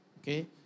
okay